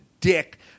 dick